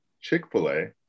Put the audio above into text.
chick-fil-a